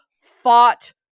fought